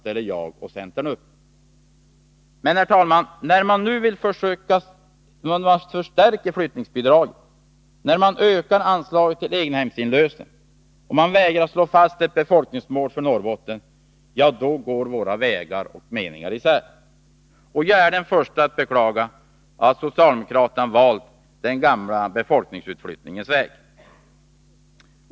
Men när regeringen nu, herr talman, vill förstärka flyttningsbidragen, öka anslagen till egnahemsin lösen och vägrar att slå fast ett befolkningsmål för Norrbotten — ja, då går våra vägar och meningar isär. Jag är den förste att beklaga att socialdemokraterna valt den gamla befolkningsutflyttningens väg.